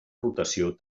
rotació